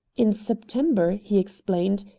in september, he explained,